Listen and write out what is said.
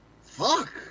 Fuck